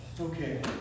Okay